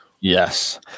Yes